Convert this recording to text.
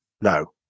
No